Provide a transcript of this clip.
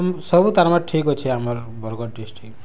ସବୁ ତାର୍ ମାନେ ଠିକ୍ ଅଛେ ଆମର୍ ବରଗଡ଼୍ ଡିଷ୍ଟ୍ରିକ୍ଟ୍